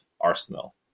Arsenal